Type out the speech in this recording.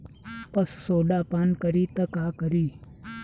पशु सोडा पान करी त का करी?